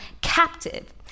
captive